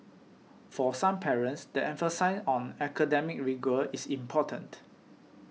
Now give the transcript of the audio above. for some parents the emphasis on academic rigour is important